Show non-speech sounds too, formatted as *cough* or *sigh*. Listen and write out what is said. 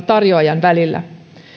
*unintelligible* tarjoajan välillä